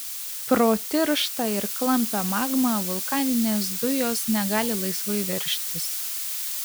pro tirštą ir klampią magmą vulkaninės dujos negali laisvai veržtis